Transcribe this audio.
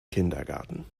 kindergarten